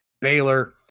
Baylor